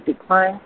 decline